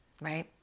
right